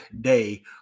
day